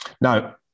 Now